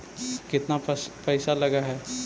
केतना पैसा लगय है?